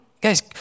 guys